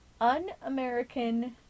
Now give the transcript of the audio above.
un-American